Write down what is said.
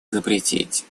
запретить